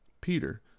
Peter